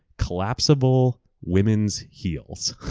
collapsable women's heels.